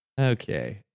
Okay